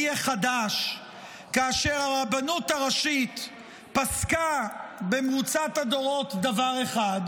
החדש כאשר הרבנות הראשית פסקה במרוצת הדורות דבר אחד,